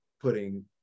putting